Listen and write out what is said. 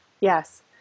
yes